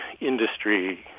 industry